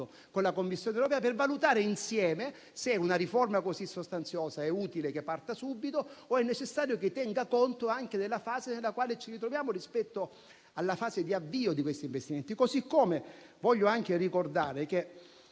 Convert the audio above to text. con la Commissione europea per valutare insieme se una riforma così sostanziosa è utile che parta subito o è necessario che tenga conto anche della fase nella quale ci troviamo, rispetto all'avvio di questi investimenti. A me non piace partecipare